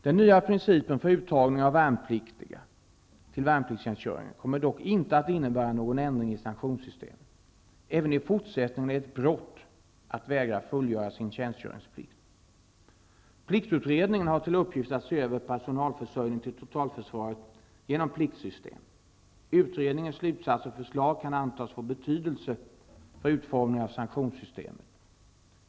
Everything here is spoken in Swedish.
Den nya principen för uttagning av värnpliktiga till värnpliktstjänstgöring kommer dock inte att innebära någon ändring i sanktionssystemet. Även i fortsättningen är det ett brott att vägra fullgöra sin tjänstgöringsplikt. Pliktutredningen har till uppgift att se över personalförsörjningen till totalförsvaret genom pliktsystem. Utredningens slutsatser och förslag kan antas få betydelse för utformningen av sanktionssystemet.